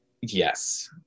Yes